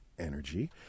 energy